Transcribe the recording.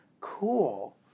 Cool